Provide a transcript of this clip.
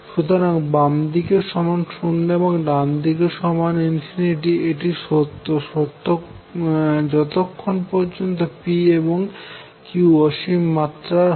সুতরাং বামদিক সমান 0 এবং ডানদিক সমান ∞ এটি সত্য যতক্ষণ পর্যন্ত p এবং q অসীম মাত্রার হয়